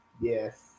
Yes